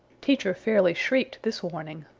teacher fairly shrieked this warning.